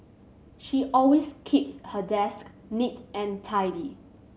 she always keeps her desk neat and tidy